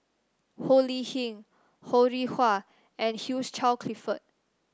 Ho Lee Ling Ho Rih Hwa and Hugh Charles Clifford